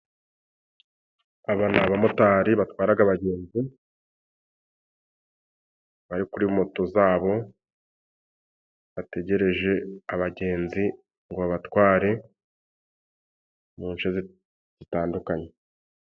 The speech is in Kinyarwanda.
Aba ni abamotari batwaraga abagenzi bari kuri moto zabo, bategereje abagenzi ngo babatware mu nce zitandukanye.